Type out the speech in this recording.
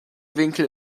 winkel